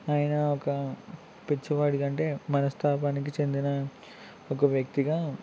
ఆయన ఒక పిచ్చివాడిగా అంటే మనస్థాపానికి చెందిన ఒక వ్యక్తిగా